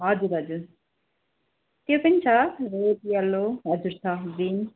हजुर हजुर त्यो पनि छ रेड यल्लो हजुर छ बिन